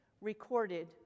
recorded